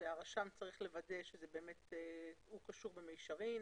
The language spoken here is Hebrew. והרשם צריך לוודא שהוא קשור במישרין